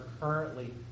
currently